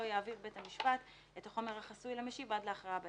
לא יעביר בית המשפט את החומר החסוי למשיב עד להכרעה בערעור.